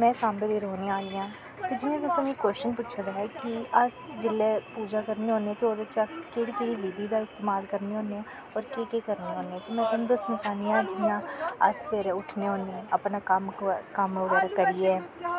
में सांबे दी रौह्ने आह्ली आं कि जियां तुसें मिकी कोशन पुच्छे दा ऐ कि अस जेल्लै पूजा करने होन्ने ते ओह्दे च अस केह्ड़ी केह्ड़ी विध्ने दी इस्तेमाल करने होने आं और केह् केह् करने होन्ने में तोआनू दस्सना चाह्न्न्नी आं जियां अस सवेरे उट्ठने होन्ने अपना कम्म बगैरे करियै